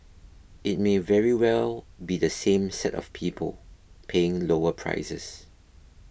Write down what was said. it may very well be the same set of people paying lower prices